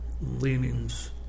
leanings